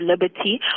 Liberty